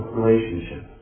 relationship